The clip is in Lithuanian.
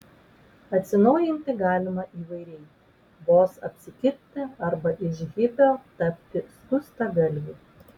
atsinaujinti galima įvairiai vos apsikirpti arba iš hipio tapti skustagalviu